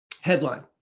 Headline